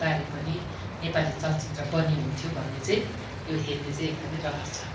बारे पनि नेपाली चलचित्र बनिए हुन्थ्यो भन्ने चाहिँ त्यो हेर्ने चाहिँ एकदमै रहर छ